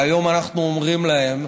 היום אנחנו אומרים להם: